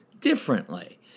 differently